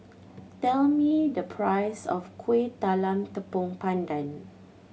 tell me the price of Kueh Talam Tepong Pandan